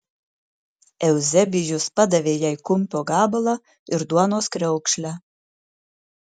euzebijus padavė jai kumpio gabalą ir duonos kriaukšlę